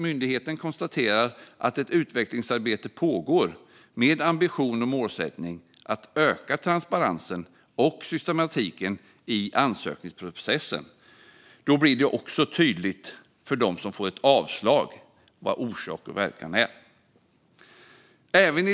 Myndigheten konstaterar att ett utvecklingsarbete pågår med ambition och målsättning att öka transparensen och systematiken i ansökningsprocessen. Då blir det också tydligt för dem som får ett avslag vad orsak och verkan är.